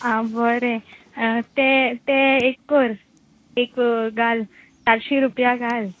आं बरें ते ते एक कर एक घाल चारशी रुपया घाल